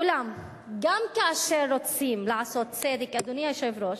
אולם גם כאשר רוצים לעשות צדק, אדוני היושב-ראש,